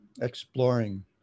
exploring